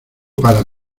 para